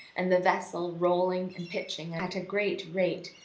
and the vessel rolling and pitching at a great rate,